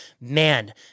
man